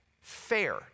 fair